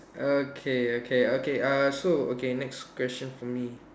okay okay okay uh so okay next question for me